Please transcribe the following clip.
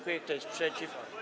Kto jest przeciw?